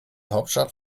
hauptstadt